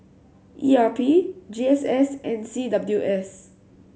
E R P G S S and C W S